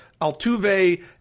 Altuve